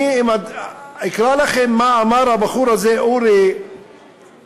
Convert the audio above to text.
אני אקרא לכם מה אמר הבחור הזה, אורי רזקן,